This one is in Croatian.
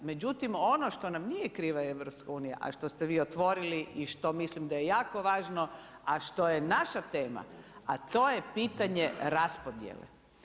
Međutim ono što nam nije kriva EU, a što ste vi otvorili i što mislim da je jako važno, a što je naša tema, a to je pitanje raspodjele.